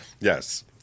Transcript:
Yes